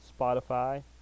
Spotify